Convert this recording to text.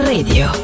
Radio